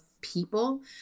people